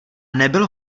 nebyl